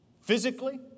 physically